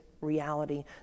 reality